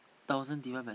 thousand divide by